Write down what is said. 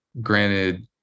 Granted